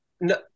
no